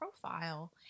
profile